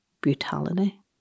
brutality